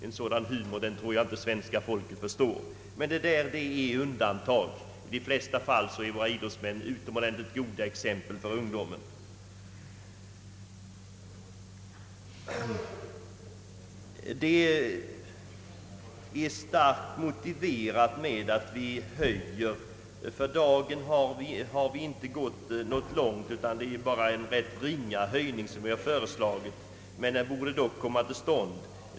En sådan humor tror jag inte att svenska folket förstår. Men detta är undantag. I de flesta fall är våra idrottsmän utomordentligt goda exempel för ungdomen. Det är starkt motiverat att vi höjer anslaget. För dagen har vi inte gått långt, utan det är en ganska ringa höjning vi föreslagit. Den borde dock komma till stånd.